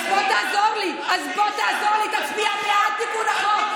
אז בוא תעזור לי, תצביע בעד תיקון החוק.